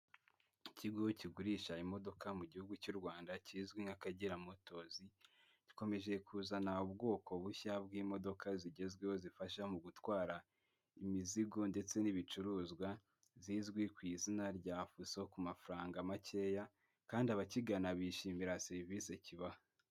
Ikigo kigurisha imodoka mu gihugu cy'uRwanda kizwi nk'akagera motozi. Gikomeje kuzana ubwoko bushya bw'imodoka zigezweho zifasha mu gutwara, imizigo ndetse n'ibicuruzwa. Zizwi ku izina rya fuso ku mafaranga makeya, kandi abakigana bishimira serivisi kibaha.